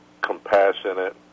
compassionate